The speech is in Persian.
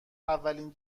اولین